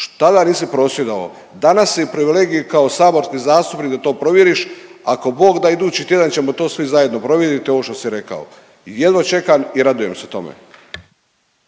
Šta tada nisi prosvjedovao? Danas si u privilegiji kao saborski zastupnik da to provjeriš. Ako bog da idući tjedan ćemo to svi zajedno provjeriti ovo što si rekao i jedva čekam i radujem se tome.